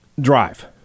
drive